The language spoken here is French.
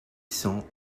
cents